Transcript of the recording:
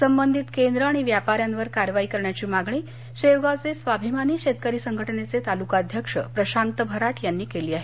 संबधित केंद्र आणि व्यापाऱ्यांवर कारवाई करण्याची मागणी शेवगावचे स्वाभिमानी शेतकरी संघटनेचे तालुकाध्यक्ष प्रशांत भराट यांनी केली आहे